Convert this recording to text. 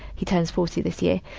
he turns forty this year.